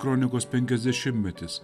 kronikos penkiasdešimtmetis